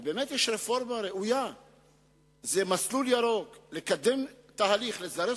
ובאמת, ראיתי בזה דבר חשוב.